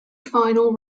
final